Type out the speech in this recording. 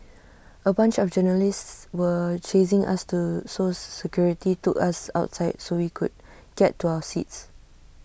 A bunch of journalists were chasing us to so security to us outside so we could get to our seats